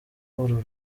uru